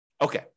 Okay